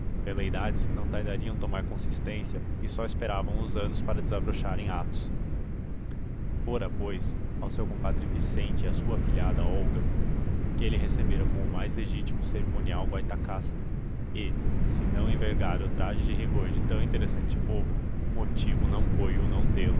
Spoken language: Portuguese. anos veleidades que não tardariam tomar consistência e só esperavam os anos para desabrochar em atos fora pois ao seu compadre vicente e à sua afilhada olga que ele recebera com o mais legítimo cerimonial guaitacás e se não envergara o traje de rigor de tão interessante povo motivo não foi o não